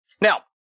Now